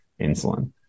insulin